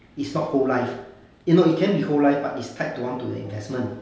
it's not whole life you know it can with whole life but it's tied to one to the investment